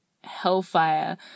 hellfire